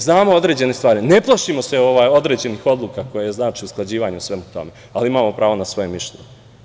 Znamo određene stvari i ne plašimo se određenih odluka koje znače usklađivanje u svemu tome, ali imamo pravo na svoje mišljenje.